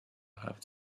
have